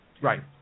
Right